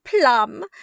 Plum